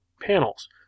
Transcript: panels